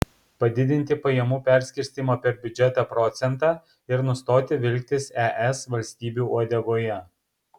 padidinti pajamų perskirstymo per biudžetą procentą ir nustoti vilktis es valstybių uodegoje